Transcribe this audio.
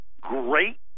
great